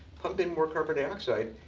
pump in more carbon dioxide,